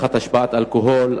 נהיגה תחת השפעת אלכוהול,